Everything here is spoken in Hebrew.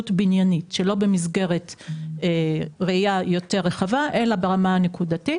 בניינית" שלא במסגרת ראייה רחבה אלא ברמה הנקודתית.